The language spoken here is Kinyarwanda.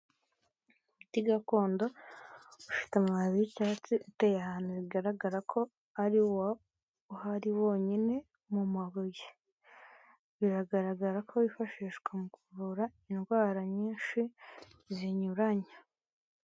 Umuti gakondo ufite amababi y'icyatsi uteye ahantu bigaragara ko ariwo uhari wonyine mu mabuye. Biragaragara ko wifashishwa mu kuvura indwara nyinshi zinyuranye.